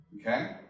okay